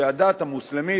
שהדת המוסלמית,